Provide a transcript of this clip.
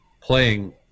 playing